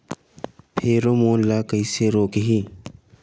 Pheromone ला कइसे रोकही?